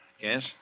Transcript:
Yes